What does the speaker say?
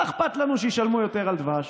מה אכפת לנו שישלמו יותר על דבש?